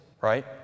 right